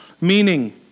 meaning